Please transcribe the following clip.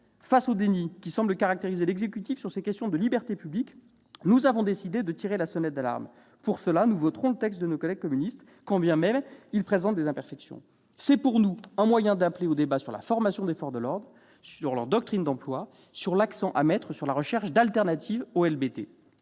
Face au déni qui semble caractériser l'exécutif sur ces questions de libertés publiques, nous avons décidé de tirer la sonnette d'alarme. C'est pourquoi nous voterons le texte de nos collègues communistes, quand bien même il présente des imperfections. C'est pour nous un moyen d'appeler au débat sur la formation des forces de l'ordre, leur doctrine d'emploi, l'accent à mettre sur la recherche d'alternatives aux LBD.